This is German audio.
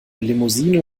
limousine